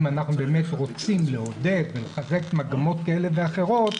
אם אנחנו באמת רוצים לעודד ולחזק מגמות כאלה ואחרות,